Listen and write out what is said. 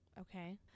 Okay